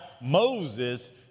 Moses